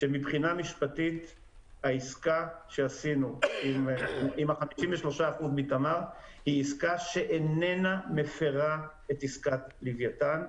שמבחינה משפטית העסקה שעשינו עם 53% מתמר איננה מפרה את עסקת לווייתן.